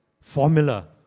formula